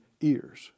ears